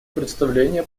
представление